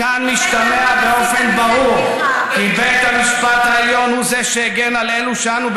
מכאן משתמע באופן ברור כי בית המשפט העליון הוא זה שהגן על אלו שאנו,